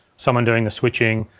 someone doing the switching,